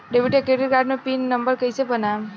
Debit या credit card मे PIN number कैसे बनाएम?